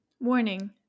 Warning